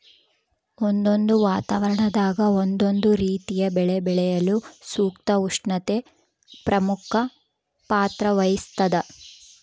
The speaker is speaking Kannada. ಒಂದೊಂದು ವಾತಾವರಣದಾಗ ಒಂದೊಂದು ರೀತಿಯ ಬೆಳೆ ಬೆಳೆಯಲು ಸೂಕ್ತ ಉಷ್ಣತೆ ಪ್ರಮುಖ ಪಾತ್ರ ವಹಿಸ್ತಾದ